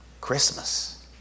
Christmas